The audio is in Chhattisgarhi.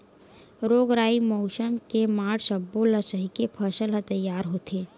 रोग राई, मउसम के मार सब्बो ल सहिके फसल ह तइयार होथे